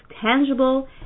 tangible